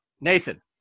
Nathan